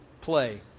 play